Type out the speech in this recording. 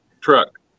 truck